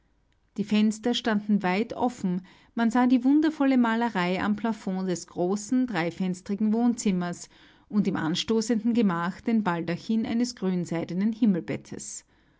die fenster standen weit offen man sah die wundervolle malerei am plafond des großen dreifenstrigen wohnzimmers und im anstoßenden gemach den baldachin eines grünseidenen